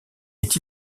est